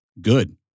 good